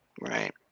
Right